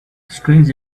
strange